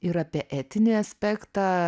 ir apie etinį aspektą